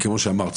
כמו שאמרת,